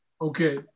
okay